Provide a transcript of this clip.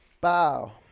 Bow